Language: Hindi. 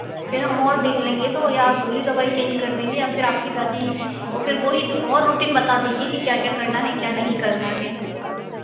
फिर हम और देख लेंगे तो या गोली दवाई चेंज कर देंगे या फिर आपकी दादी को वह ही और रूटीन बता देंगे की क्या क्या करना है क्या नहीं करना है